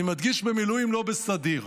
אני מדגיש, במילואים, לא בסדיר.